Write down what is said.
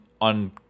on